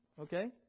okay